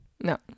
No